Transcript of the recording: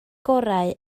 gorau